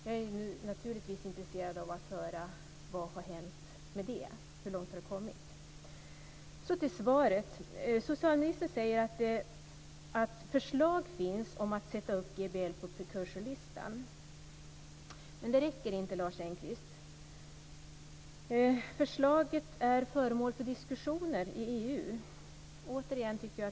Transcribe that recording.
Jag är nu naturligtvis intresserad av att höra hur långt man kommit med detta. Så till svaret. Socialministern säger att förslag finns om att sätta upp GBL på prekursorslistan, men det räcker inte, Lars Engqvist. Förslaget är också föremål för diskussioner i EU.